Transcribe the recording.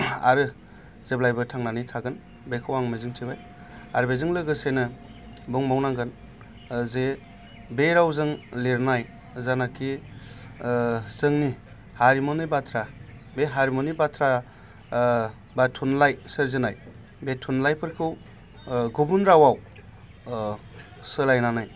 आरो जेब्लायबो थांनानै थागोन बेखौ आं मिजिंथिबाय आरो बेजों लोगोसेनो बुंबावनांगोन जे बे रावजों लिरनाय जानोखि जोंनि हारिमुनि बाथ्रा बे हारिमुनि बाथ्रा बा थुनलाइ सोरजिनाय बे थुनलाइफोरखौ गुबुन रावआव सोलायनानै